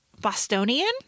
Bostonian